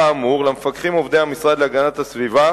כאמור, למפקחים עובדי המשרד להגנת הסביבה